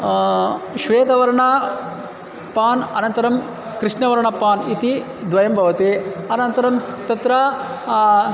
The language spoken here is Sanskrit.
श्वेतवर्णं पान् अनन्तरं कृष्णवर्णं पान् इति द्वयं भवति अनन्तरं तत्र